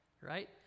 right